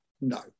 No